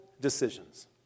decisions